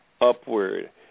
upward